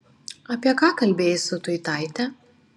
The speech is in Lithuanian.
apie ką kalbėjai su tuitaite